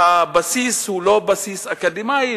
הבסיס הוא לא בסיס אקדמי,